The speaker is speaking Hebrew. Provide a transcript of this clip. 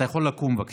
אתה יכול לקום, בבקשה.